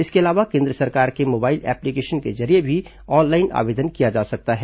इसके अलावा केन्द्र सरकार के मोबाइल एप्लीकेशन के जरिये भी ऑनलाइन आवेदन किया जा सकता है